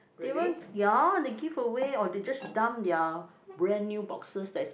they even ya they give away or they just dump their brand new boxes that's